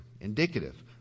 Indicative